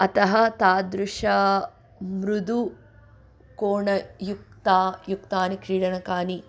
अतः तादृशानि मृदुकोणयुक्तानि युक्तानि क्रीडनकानि